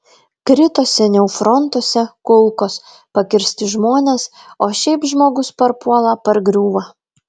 krito seniau frontuose kulkos pakirsti žmonės o šiaip žmogus parpuola pargriūva